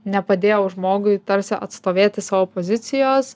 nepadėjau žmogui tarsi atstovėti savo pozicijos